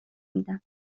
میدم